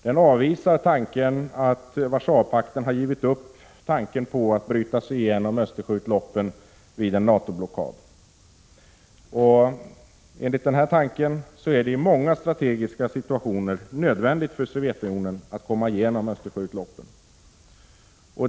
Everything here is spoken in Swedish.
Här avvisas tanken på att Warszawapakten har givit upp tanken på att bryta sig genom Östersjöutloppen vid en NATO-blockad. Enligt denna inställning är det i många strategiska situationer nödvändigt för Sovjetunionen att komma genom Östersjöutloppen.